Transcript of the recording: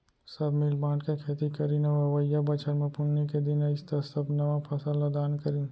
सब मिल बांट के खेती करीन अउ अवइया बछर म पुन्नी के दिन अइस त सब नवा फसल ल दान करिन